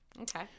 Okay